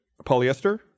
polyester